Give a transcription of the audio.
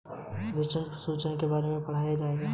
शिक्षक पूंजी संरचना के बारे में पढ़ाएंगे